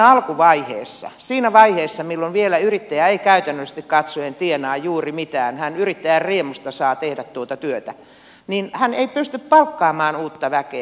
alkuvaiheessa siinä vaiheessa jolloin vielä yrittäjä ei käytännöllisesti katsoen tienaa juuri mitään hän yrittäjän riemusta saa tehdä tuota työtä hän ei pysty palkkaamaan uutta väkeä